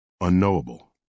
unknowable